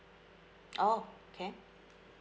oh okay